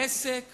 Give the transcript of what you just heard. העסק